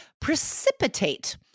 precipitate